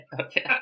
Okay